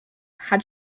had